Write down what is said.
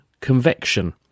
convection